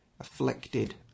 afflicted